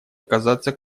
оказаться